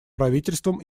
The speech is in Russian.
правительством